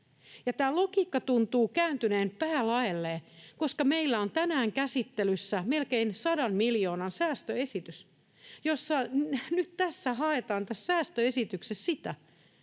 Tämä logiikka tuntuu kääntyneen päälaelleen, koska meillä on tänään käsittelyssä melkein 100 miljoonan säästöesitys, jossa nyt haetaan sitä, tässä säästöesityksessä, että